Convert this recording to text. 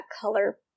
color